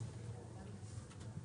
תימחק.